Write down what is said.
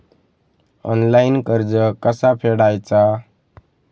Online कर्ज कसा फेडायचा?